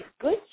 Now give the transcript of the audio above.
good